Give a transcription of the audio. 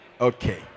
Okay